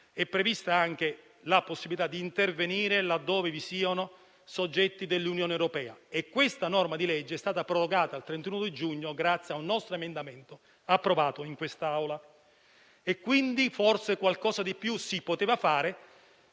è prevista anche la possibilità di intervenire laddove si tratti di soggetti dell'Unione europea. Tale norma di legge è stata prorogata al 31 giugno grazie ad un nostro emendamento approvato in quest'Aula. Quindi, forse, qualcosa in più si poteva fare